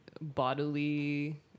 bodily